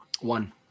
One